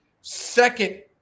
second